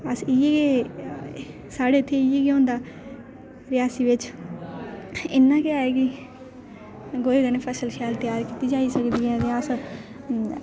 अस इ'यै साढ़े इत्थै इ'यै गै होंदा रियासी बिच इन्ना गै ऐ कि गोहे कन्नै फसल शैल त्यार कीती जाई सकदी ऐ ते अस